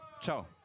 Ciao